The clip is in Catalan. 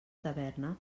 taverna